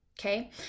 Okay